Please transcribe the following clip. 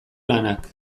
lanak